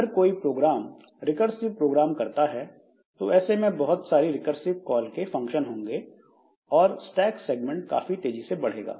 अगर कोई program recursive program करता है तो ऐसे में बहुत सारी रिकरसिव कॉल के फंक्शन होंगे और स्टैक सेगमेंट काफी तेजी से बढ़ेगा